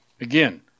Again